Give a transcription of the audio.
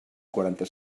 quaranta